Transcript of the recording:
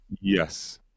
Yes